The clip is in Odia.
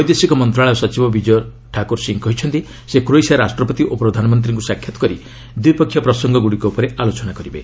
ବୈଦେଶିକ ମନ୍ତ୍ରଣାଳୟ ସଚିବ ବିଜୟ ଠାକୁର୍ ସିଂ କହିଛନ୍ତି ସେ କ୍ରୋଏସିଆ ରାଷ୍ଟ୍ରପତି ଓ ପ୍ରଧାନମନ୍ତ୍ରୀଙ୍କୁ ସାକ୍ଷାତ୍ କରି ଦ୍ୱିପକ୍ଷୀୟ ପ୍ରସଙ୍ଗଗୁଡ଼ିକ ଉପରେ ଆଲୋଚନା କରିବେ